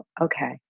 okay